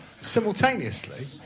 simultaneously